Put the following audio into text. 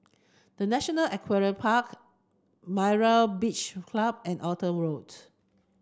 the National Equestrian Park Myra Beach Club and Arthur Road